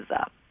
up